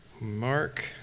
Mark